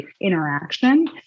interaction